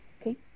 Okay